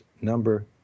number